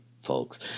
folks